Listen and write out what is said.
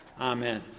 Amen